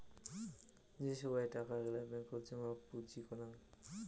যে সোগায় টাকা গিলা ব্যাঙ্কত জমা পুঁজি করাং